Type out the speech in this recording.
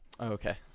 Okay